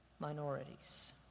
Minorities